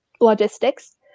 logistics